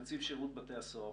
נציב שירות בתי הסוהר,